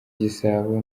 igisabo